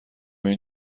این